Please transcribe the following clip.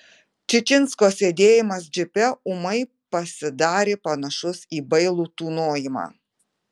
čičinsko sėdėjimas džipe ūmai pasidarė panašus į bailų tūnojimą